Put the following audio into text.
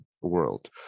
world